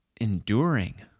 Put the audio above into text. enduring